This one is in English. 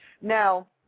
Now